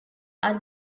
are